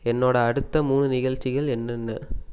என்னோடய அடுத்த மூணு நிகழ்ச்சிகள் என்னென்ன